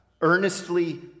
Earnestly